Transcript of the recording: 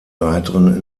weiteren